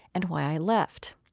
and why i left.